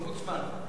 לא מוצמד.